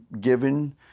given